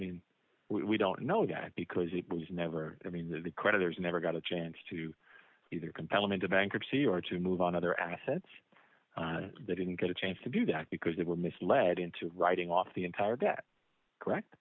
mean we don't know yet because it was never i mean the creditors never got a chance to either compel him into bankruptcy or to move on other assets they didn't get a chance to do that because they were misled into writing off the entire debt correct